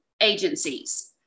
agencies